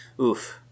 oof